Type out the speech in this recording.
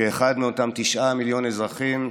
כאחד מאותם תשעה מיליון אזרחים,